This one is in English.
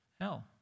hell